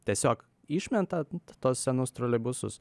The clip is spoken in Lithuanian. tiesiog išmetant tuos senus troleibusus